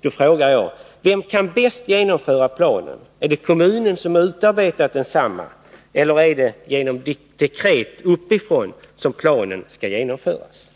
Då frågar jag: Vem kan bäst genomföra planen? Är det kommunen, som har utarbetat densamma, eller är det genom dekret uppifrån som planen skall genomföras?